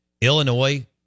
Illinois